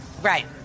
right